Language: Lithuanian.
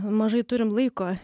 mažai turim laiko